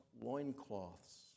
loincloths